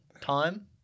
Time